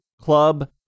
Club